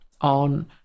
on